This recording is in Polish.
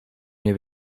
nie